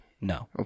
No